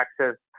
access